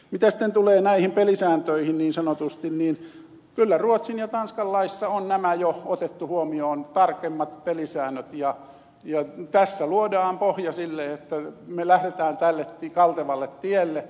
mitä sitten tulee näihin pelisääntöihin niin sanotusti niin kyllä ruotsin ja tanskan laissa on nämä jo otettu huomioon tarkemmat pelisäännöt ja tässä luodaan pohja sille että me lähdemme tälle kaltevalle tielle